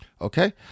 Okay